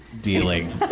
dealing